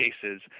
cases